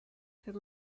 had